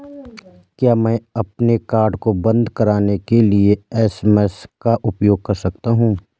क्या मैं अपने कार्ड को बंद कराने के लिए एस.एम.एस का उपयोग कर सकता हूँ?